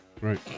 Right